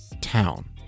town